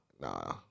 Nah